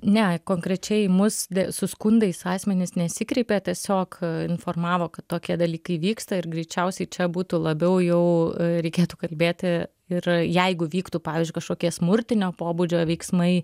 ne konkrečiai į mus su skundais asmenys nesikreipė tiesiog informavo kad tokie dalykai vyksta ir greičiausiai čia būtų labiau jau reikėtų kalbėti ir jeigu vyktų pavyzdžiui kažkokie smurtinio pobūdžio veiksmai